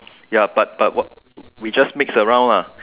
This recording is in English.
ya but but what we just mix around lah